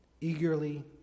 eagerly